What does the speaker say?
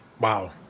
Wow